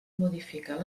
modificar